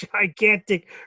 gigantic